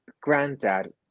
granddad